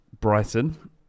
Brighton